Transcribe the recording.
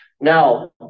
Now